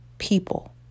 people